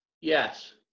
Yes